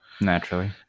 Naturally